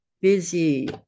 busy